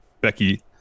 Becky